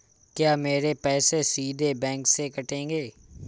क्या मेरे पैसे सीधे बैंक से कटेंगे?